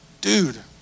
Dude